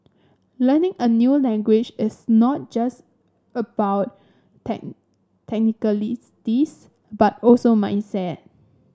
learning a new language is not just about tech but also mindset